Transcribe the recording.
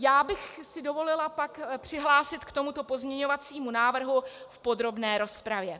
Já bych si dovolila pak přihlásit k tomuto pozměňovacímu návrhu v podrobné rozpravě.